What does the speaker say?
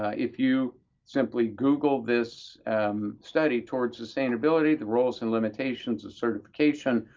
ah if you simply google this study, toward sustainability the roles and limitations of certification,